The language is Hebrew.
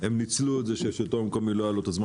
הם ניצלו את זה שלשלטון המקומי לא היה את הזמן